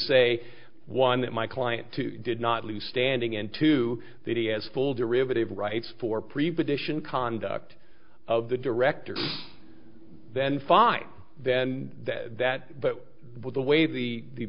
say one that my client too did not lose standing and to that he has full derivative rights for pre position conduct of the directors then fine then that but with the way the